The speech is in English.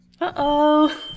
Uh-oh